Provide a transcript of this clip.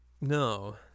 No